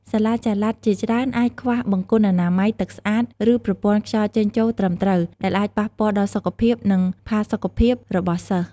សាលាចល័តជាច្រើនអាចខ្វះបង្គន់អនាម័យ ទឹកស្អាត ឬប្រព័ន្ធខ្យល់ចេញចូលត្រឹមត្រូវ ដែលអាចប៉ះពាល់ដល់សុខភាព និងផាសុកភាពរបស់សិស្ស។